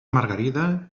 margarida